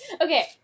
Okay